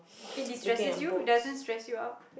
it destresses you it doesn't stress you out